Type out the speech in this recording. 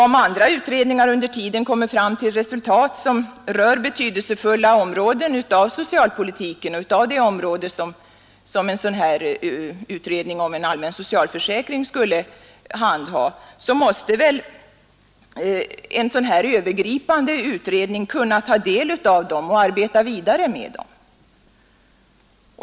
Om andra utredningar under tiden kommer fram till resultat som rör betydelsefulla avsnitt av socialpolitiken och av det område som en utredning om en allmän socialförsäkring skulle handha, måste väl en övergripande utredning kunna ta del av dessa resultat och arbeta vidare med dem.